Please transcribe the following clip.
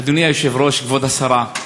אדוני היושב-ראש, כבוד השרה,